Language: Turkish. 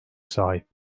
sahip